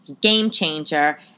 game-changer